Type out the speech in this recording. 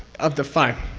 of the five.